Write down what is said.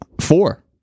Four